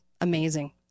amazing